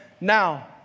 now